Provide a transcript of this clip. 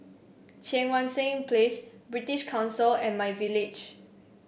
Cheang Wan Seng Place British Council and myVillage